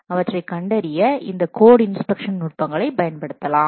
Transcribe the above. அவற்றைக் கண்டறிய இந்த கோட் இன்ஸ்பெக்ஷன் நுட்பங்களைப் பயன்படுத்தலாம்